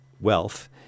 wealth